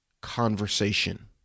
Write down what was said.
Conversation